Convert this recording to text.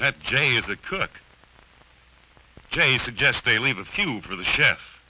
that jay is a cook jay suggest they leave a few for the chef